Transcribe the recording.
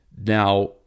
Now